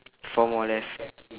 four more left